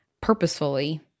purposefully